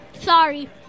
Sorry